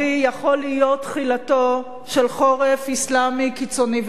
להיות תחילתו של חורף אסלאמי קיצוני וקר.